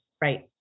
Right